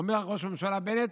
ראש הממשלה בנט: